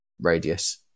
radius